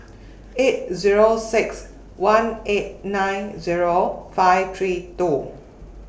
eight Zero six one eight nine Zero five three two